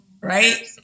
Right